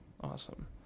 Awesome